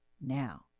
now